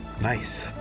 Nice